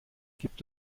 gibt